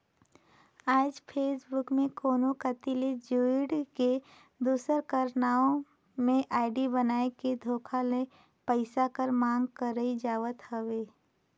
आएज फेसबुक में कोनो कती ले जुइड़ के, दूसर कर नांव में आईडी बनाए के धोखा ले पइसा कर मांग करई जावत हवे